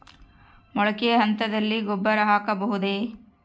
ಮೊಳಕೆ ಹಂತದಲ್ಲಿ ಗೊಬ್ಬರ ಹಾಕಬಹುದೇ?